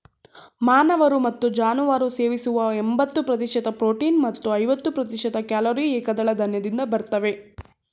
ಮಾನವರು ಮತ್ತು ಜಾನುವಾರು ಸೇವಿಸುವ ಎಂಬತ್ತು ಪ್ರತಿಶತ ಪ್ರೋಟೀನ್ ಮತ್ತು ಐವತ್ತು ಪ್ರತಿಶತ ಕ್ಯಾಲೊರಿ ಏಕದಳ ಧಾನ್ಯದಿಂದ ಬರ್ತವೆ